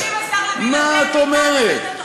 תקשיב, השר יריב, אתם ביטלתם את התוכנית באילות.